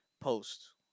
post